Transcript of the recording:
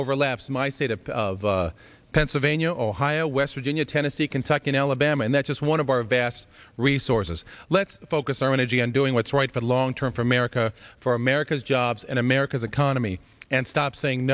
overlaps my state of pennsylvania ohio west virginia tennessee kentucky and alabama and that's just one of our vast resources let's focus our energy on doing what's right for the long term for america for america's jobs america's economy and stop saying